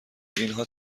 اینها